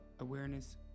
Awareness